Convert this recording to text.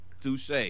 Touche